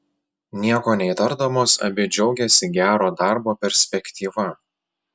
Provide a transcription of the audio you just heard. nieko neįtardamos abi džiaugėsi gero darbo perspektyva